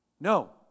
No